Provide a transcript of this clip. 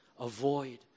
Avoid